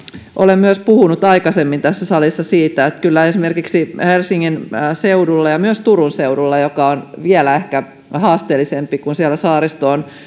olen puhunut aikaisemmin tässä salissa myös siitä että kyllä esimerkiksi helsingin seudulla ja myös turun seudulla joka on vielä ehkä haasteellisempi kun siellä saaristo on